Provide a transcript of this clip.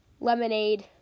Lemonade